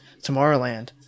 Tomorrowland